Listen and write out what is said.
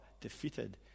defeated